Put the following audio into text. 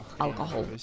alcohol